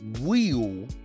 wheel